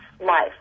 life